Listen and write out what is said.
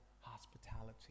hospitality